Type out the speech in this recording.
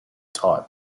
type